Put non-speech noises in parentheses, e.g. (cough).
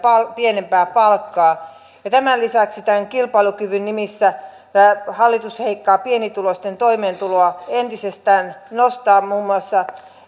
pienempää palkkaa ja tämän lisäksi tämän kilpailukyvyn nimissä hallitus leikkaa pienituloisten toimeentuloa entisestään nostaa muun muassa (unintelligible)